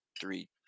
three